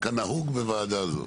כנהוג בוועדה זו.